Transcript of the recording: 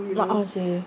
uh uh seh